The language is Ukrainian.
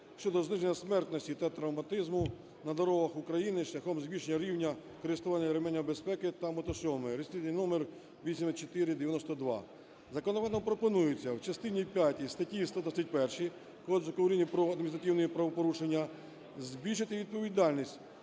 (щодо зниження смертності та травматизму на дорогах України шляхом збільшення рівня користування ременями безпеки та мотошоломами) (реєстраційний номер 8492). Законопроектом пропонується в частині п'ятій статті 121 Кодексу України про адміністративні правопорушення збільшити відповідальність